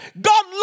God